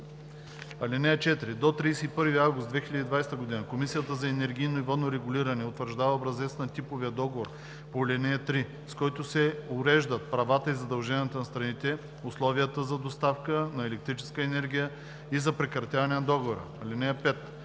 (4) До 31 август 2020 г. Комисията за енергийно и водно регулиране утвърждава образец на типовия договор по ал. 3, с който се уреждат правата и задълженията на страните, условията за доставка на електрическа енергия и за прекратяване на договора. (5)